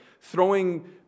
throwing